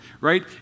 right